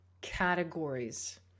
categories